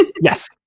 Yes